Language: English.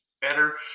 better